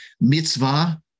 Mitzvah